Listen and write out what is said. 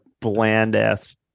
bland-ass